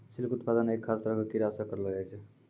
silk उत्पादन एक खास तरह के कीड़ा सॅ करलो जाय छै